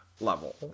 level